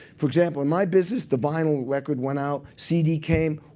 for example, in my business, the vinyl record went out. cd came,